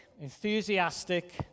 enthusiastic